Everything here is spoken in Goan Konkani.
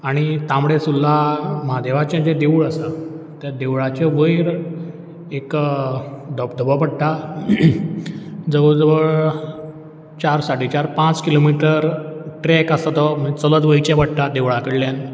आनी तांबडी सुर्ला म्हादेवाचें जें देवूळ आसा त्या देवळाचे वयर एक धबधबो पडटा जवळ जवळ चार साडे चार पांच किलोमिटर ट्रॅक आसा तो म्ह चलत वयचें पडटा देवळा कडल्यान